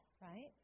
right